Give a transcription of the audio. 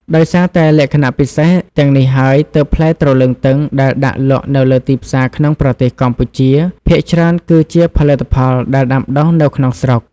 ដោយសារតែលក្ខណៈពិសេសទាំងនេះហើយ ទើបផ្លែទ្រលឹងទឹងដែលដាក់លក់នៅលើទីផ្សារក្នុងប្រទេសកម្ពុជា ភាគច្រើនគឺជាផលិតផលដែលដាំដុះនៅក្នុងស្រុក។